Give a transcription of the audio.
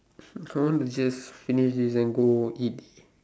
I want to just finish this then go eat